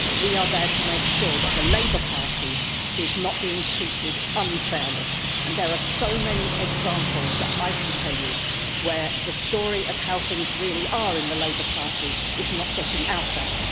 we are there to make sure that the labour party is not being treated unfairly and there are so many examples that i can tell you where the story of how things really are in the labour party is not getting out there.